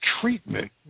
treatment